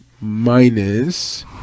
minus